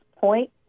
point